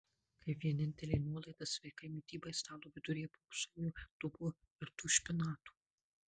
kaip vienintelė nuolaida sveikai mitybai stalo viduryje pūpsojo dubuo virtų špinatų